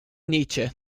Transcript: nietzsche